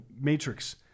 Matrix